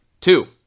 Two